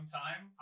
time